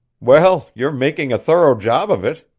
well, you're making a thorough job of it,